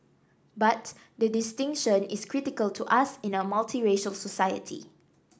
but the distinction is critical to us in a multiracial society